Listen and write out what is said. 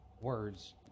words